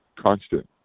constant